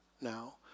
now